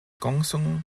gongsun